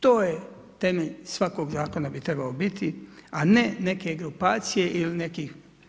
To je temelj svakog zakona bi trebao biti, a ne neke grupacije ili nekih.